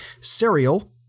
Serial